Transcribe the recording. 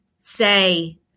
say